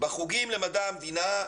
בחוגים למדע המדינה,